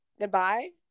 goodbye